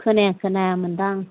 खोनाया खोनाया मोनदां